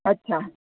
अच्छा